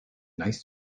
nice